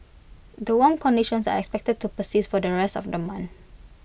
the warm conditions are expected to persist for the rest of the month